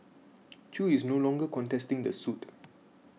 Chew is no longer contesting the suit